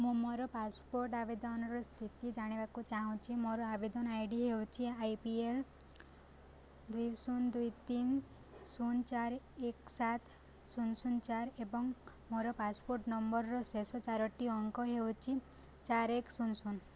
ମୁଁ ମୋର ପାସପୋର୍ଟ ଆବେଦନର ସ୍ଥିତି ଜାଣିବାକୁ ଚାହୁଁଛି ମୋର ଆବେଦନ ଆଇ ଡ଼ି ହେଉଛି ଆଇ ପି ଏଲ୍ ଦୁଇ ଶୂନ ଦୁଇ ତିନି ଶୂନ ଚାରି ଏକ ସାତ ଶୂନ ଶୂନ ଚାରି ଏବଂ ମୋର ପାସପୋର୍ଟ ନମ୍ବରର ଶେଷ ଚାରୋଟି ଅଙ୍କ ହେଉଛି ଚାରି ଏକ ଶୂନ ଶୂନ